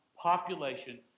population